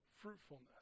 fruitfulness